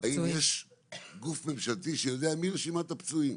האם יש גוף ממשלתי שיודע מהי רשימת הפצועים?